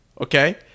Okay